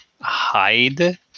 hide